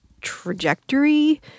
trajectory